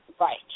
Right